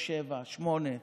3, 4, לקחת גם מאשכול 7, 8,